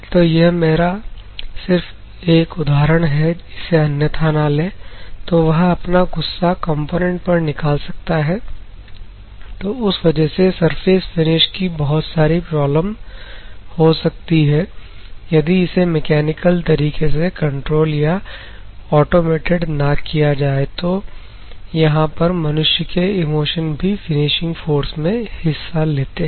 तो यह मेरा एक सिर्फ उदाहरण है इसे अन्यथा ना लें तो वह अपना गुस्सा कॉम्पोनेंट पर निकाल सकता है तो उस वजह से सरफेस फिनिश की बहुत सारी प्रॉब्लम हो सकती है यदि इसे मैकेनिकल तरीके से कंट्रोल या ऑटोमेटेड ना किया जाए तो तो यहां पर मनुष्य के इमोशन भी फिनिशिंग फोर्स में हिस्सा लेते हैं